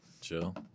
chill